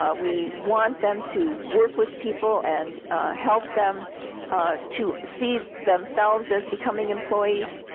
ah we want them to work with people and help them to see themselves as becoming employees,